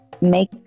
make